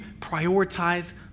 prioritize